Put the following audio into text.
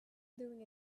doing